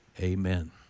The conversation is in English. amen